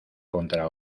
contra